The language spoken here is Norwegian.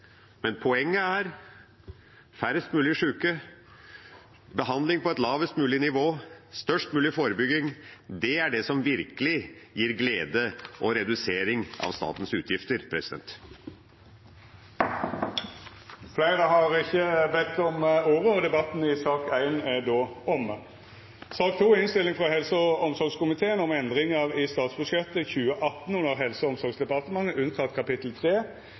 Poenget er færrest mulig sjuke, behandling på et lavest mulig nivå og størst mulig grad av forebygging – det er det som virkelig gir glede og redusering av statens utgifter. Fleire har ikkje bede om ordet til sak nr. 1. Nå er det jeg som står mellom lørdagspizzaen og dere – eller fisketacoen som vi kanskje spiser i